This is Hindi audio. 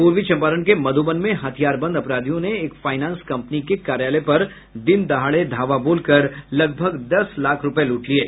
पूर्वी चंपारण के मधुबन में हथियार बंद अपराधियों ने एक फायनांस कंपनी के कार्यालय पर दिन दहाड़े धावा बोलकर लगभग दस लाख रूपये लूट लिये